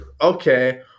okay